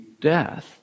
death